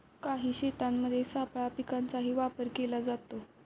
काही शेतांमध्ये सापळा पिकांचाही वापर केला जातो